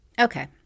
Okay